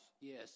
Yes